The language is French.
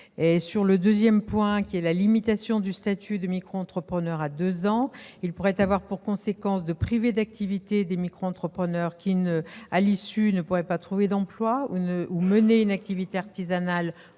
Sur le second point, la limitation du statut de micro-entrepreneur à deux ans pourrait avoir pour conséquence de priver d'activité des micro-entrepreneurs qui ne pourraient pas trouver d'emploi ou mener une activité artisanale